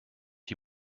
die